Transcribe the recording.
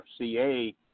FCA